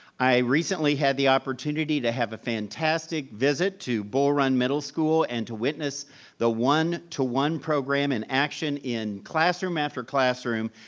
i recently had the opportunity to have a fantastic visit to bull run middle school and to witness the one to one program in action in classroom after classroom,